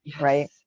right